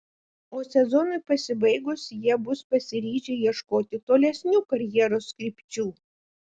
o sezonui pasibaigus jie bus pasiryžę ieškoti tolesnių karjeros krypčių